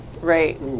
Right